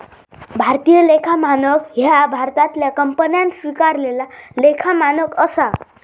भारतीय लेखा मानक ह्या भारतातल्या कंपन्यांन स्वीकारलेला लेखा मानक असा